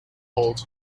called